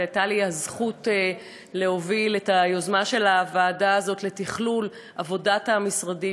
והייתה לי הזכות להוביל את היוזמה של הוועדה הזאת לתכלול עבודת המשרדים.